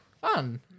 fun